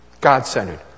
God-centered